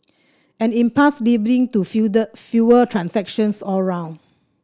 an impasse leading to fewer transactions all round